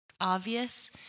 obvious